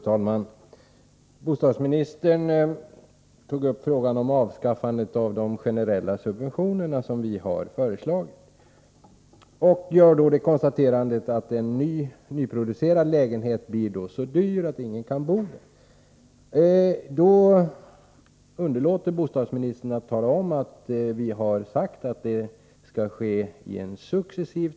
Fru talman! Bostadsministern tog upp frågan om avskaffandet av de generella subventionerna, som vi har föreslagit, och gjorde det konstaterandet att en nyproducerad lägenhet blir då så dyr att ingen kan bo där. Bostadsministern underlåter att tala om att vi har sagt att avvecklingen skall ske successivt.